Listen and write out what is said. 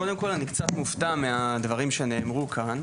קודם כול אני קצת מופתע מהדברים שנאמרו כאן,